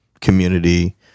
community